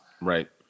right